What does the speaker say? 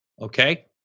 okay